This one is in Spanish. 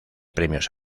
premios